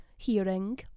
Hearing